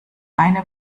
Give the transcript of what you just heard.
eine